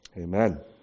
amen